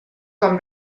com